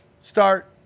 start